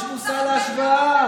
יש מושא להשוואה.